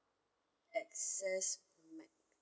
X S